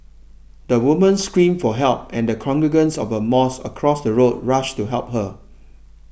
the woman screamed for help and congregants of a mosque across the road rushed to help her